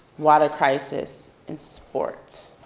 water crisis, and sports.